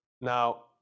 now